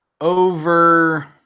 over